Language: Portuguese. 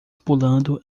pulando